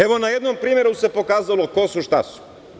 Evo, na jednom primeru se pokazalo ko su, šta su.